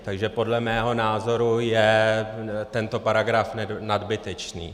Takže podle mého názoru je tento paragraf nadbytečný.